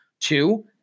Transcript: Two